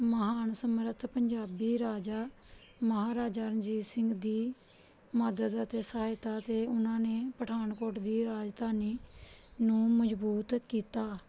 ਮਹਾਨ ਸਮਰਥ ਪੰਜਾਬੀ ਰਾਜਾ ਮਹਾਰਾਜਾ ਰਣਜੀਤ ਸਿੰਘ ਦੀ ਮਦਦ ਅਤੇ ਸਹਾਇਤਾ 'ਤੇ ਉਹਨਾਂ ਨੇ ਪਠਾਨਕੋਟ ਦੀ ਰਾਜਧਾਨੀ ਨੂੰ ਮਜਬੂਤ ਕੀਤਾ